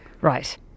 Right